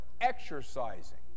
exercising